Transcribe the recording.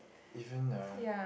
even uh